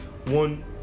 one